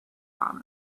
bomber